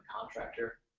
contractor